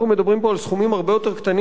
אנחנו מדברים פה על סכומים הרבה יותר קטנים